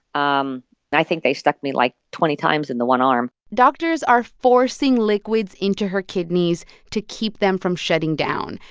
um and i think they stuck me, like, twenty times in the one arm doctors are forcing liquids into her kidneys to keep them from shutting down.